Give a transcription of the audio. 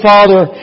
Father